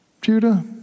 Judah